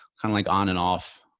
kinda like on and off.